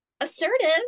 assertive